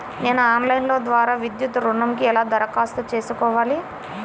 నేను ఆన్లైన్ ద్వారా విద్యా ఋణంకి ఎలా దరఖాస్తు చేసుకోవాలి?